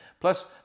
Plus